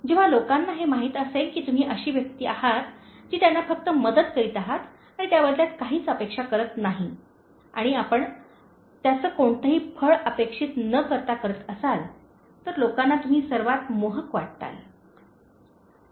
जेव्हा लोकांना हे माहित असेल की तुम्ही अशी व्यक्ती आहात जी त्यांना फक्त मदत करीत आहे आणि त्या बदल्यात काहीच अपेक्षा करत नाही आणि आपण त्याचे कोणतेही फळ अपेक्षित न करता करत असाल तर लोकांना तुम्ही सर्वात मोहक वाटताल